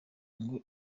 ngo